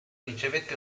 ricevette